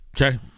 Okay